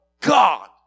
God